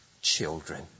children